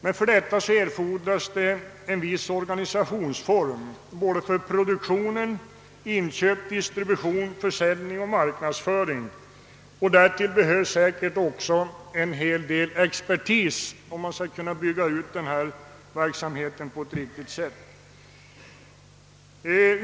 Men härför erfordras en viss organisationsform både för produktion, inköp, distribution, försäljning och marknadsföring. Det behövs säkerligen också expertis om man skall kunna bygga ut denna verksamhet på ett riktigt sätt.